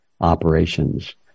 operations